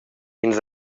ins